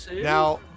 Now